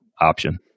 option